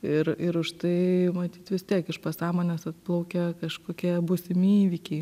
ir ir už tai matyt vis tiek iš pasąmonės atplaukia kažkokie būsimi įvykiai